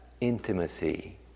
intimacy